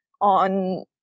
on